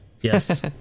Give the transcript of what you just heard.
yes